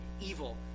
evil